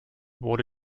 wurde